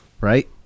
right